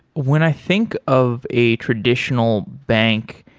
when i think of a traditional bank,